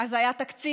אז היה תקציב.